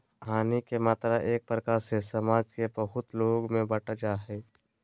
हानि के मात्रा एक प्रकार से समाज के बहुत लोग में बंट जा हइ